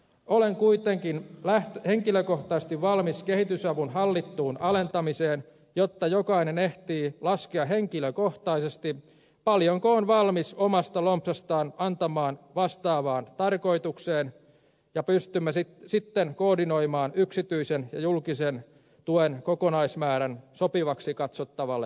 olen kuitenkin henkilökohtaisesti valmis kehitysavun hallittuun alentamiseen jotta jokainen ehtii laskea henkilökohtaisesti paljonko on valmis omasta lompsastaan antamaan vastaavaan tarkoitukseen ja pystymme sitten koordinoimaan yksityisen ja julkisen tuen kokonaismäärän sopivaksi katsottavalle tasolle